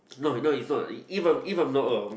no no it's not if I'm if I'm not wrong